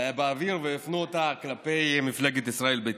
באוויר והפנו אותה כלפי מפלגת ישראל ביתנו.